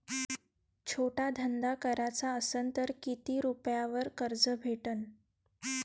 छोटा धंदा कराचा असन तर किती रुप्यावर कर्ज भेटन?